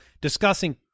discussing